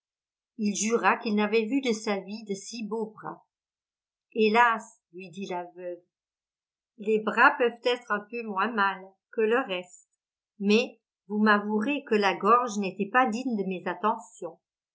il jura qu'il n'avait vu de sa vie de si beaux bras hélas lui dit la veuve les bras peuvent être un peu moins mal que le reste mais vous m'avouerez que la gorge n'était pas digne de mes attentions